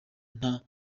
nta